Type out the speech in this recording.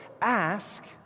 Ask